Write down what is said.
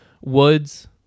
woods